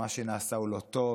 מה שנעשה הוא לא טוב,